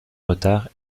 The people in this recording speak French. retard